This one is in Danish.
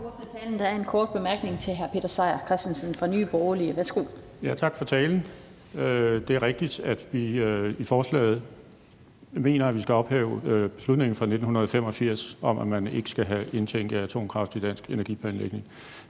Der er en kort bemærkning fra hr. Peter Seier Christensen fra Nye Borgerlige. Værsgo. Kl. 16:37 Peter Seier Christensen (NB): Tak for talen. Det er rigtigt, at vi i forslaget mener, at vi skal ophæve beslutningen fra 1985 om, at man ikke skal indtænke atomkraft i dansk energiplanlægning.